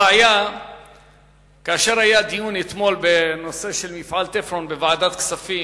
אתמול היה דיון בנושא מפעל "תפרון" בוועדת הכספים,